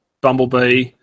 Bumblebee